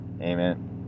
Amen